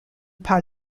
par